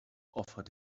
offered